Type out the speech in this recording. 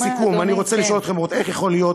לסיכום, אני רוצה לשאול אתכם: איך יכול להיות